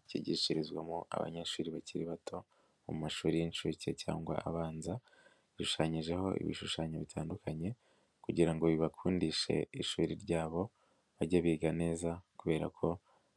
Icyigishirizwamo abanyeshuri bakiri bato mu mashuri y'incuke cyangwa abanza, gishushanyijeho ibishushanyo bitandukanye kugira ngo bibakundishe ishuri ryabo, bajye biga neza kubera ko